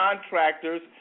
contractors